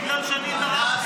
בגלל שאני התערבתי.